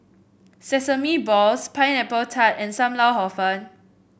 Sesame Balls Pineapple Tart and Sam Lau Hor Fun